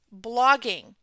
blogging